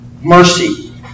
Mercy